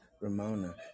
Ramona